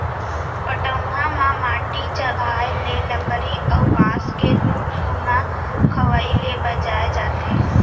पटउहां म माटी चघाए ले लकरी अउ बांस के घुना खवई ले बचाए जाथे